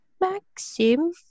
Maxim